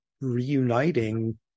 reuniting